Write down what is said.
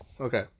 okay